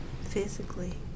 physically